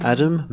Adam